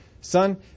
son